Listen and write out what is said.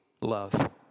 love